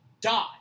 die